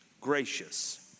gracious